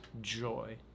joy